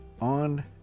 on